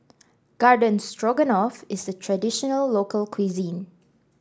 Garden Stroganoff is a traditional local cuisine